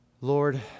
Lord